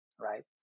right